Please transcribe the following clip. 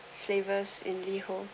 flavours in liho